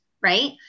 right